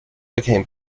became